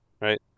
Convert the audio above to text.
right